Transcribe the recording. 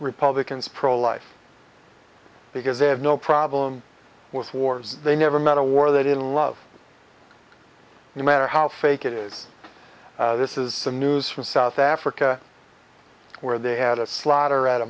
republicans pro life because they have no problem with wars they never met a war they didn't love no matter how fake it is this is some news from south africa where they had a slaughter at a